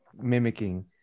mimicking